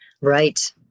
Right